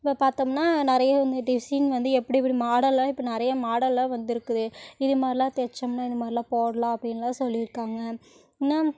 இப்போ பார்த்தோம்னால் நிறைய வந்து டிசைன் வந்து எப்படி எப்படி மாடெல்லாம் இப்போ நிறைய மாடெல்லாம் வந்திருக்குது இது மாதிரிலாம் தெச்சோம்னால் இது மாதிரிலாம் போடலாம் அப்படின்லான் சொல்லியிருக்காங்க ந